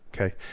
okay